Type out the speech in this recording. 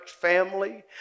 family